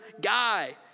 guy